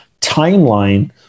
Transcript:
timeline